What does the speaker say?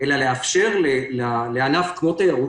אלא לאפשר לענף כמו תיירות